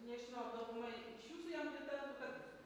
nežinau ar dauguma iš jūsų jam pritartų bet